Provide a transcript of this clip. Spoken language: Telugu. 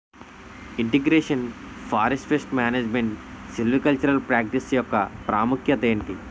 integration forest pest management silvicultural practice యెక్క ప్రాముఖ్యత ఏంటి